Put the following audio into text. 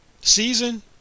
season